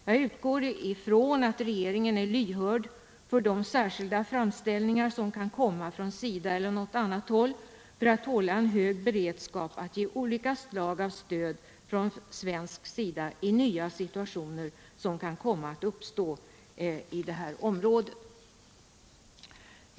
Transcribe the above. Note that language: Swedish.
Jag utgår ifrån att regeringen är lyhörd för de särskilda framställningar som kan komma från SIDA eller något annat håll om att hålla en hög beredskap när det gäller att ge olika slags stöd från svensk sida i nya situationer som kan komma att uppstå på det här området.